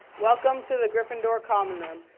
welcome to the gryffindor common room.